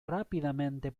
rápidamente